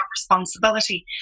responsibility